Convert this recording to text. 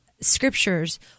scriptures